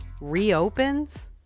reopens